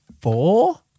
four